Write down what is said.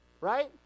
right